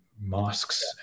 mosques